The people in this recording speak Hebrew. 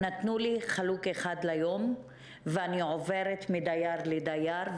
נכון להיום אימא שלי וכל הדיירים שם בסוג של בידוד.